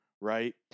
Right